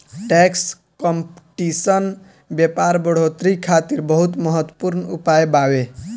tax competition व्यापार बढ़ोतरी खातिर बहुत महत्वपूर्ण उपाय बावे